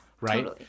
Right